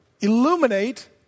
illuminate